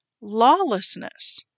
lawlessness